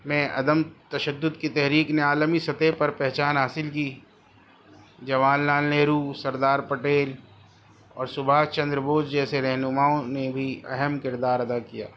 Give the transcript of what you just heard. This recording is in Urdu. میں عدم تشدد کی تحریک نے عالمی سطح پر پہچان حاصل کی جواہر لال نہرو سردار پٹیل اور سبھاش چندر بوس جیسے رہنماؤں نے بھی اہم کردار ادا کیا